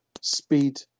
speed